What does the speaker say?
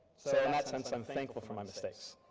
so in that sense i'm thankful for my mistakes.